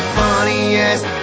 funniest